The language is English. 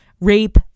Rape